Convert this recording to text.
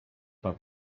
pan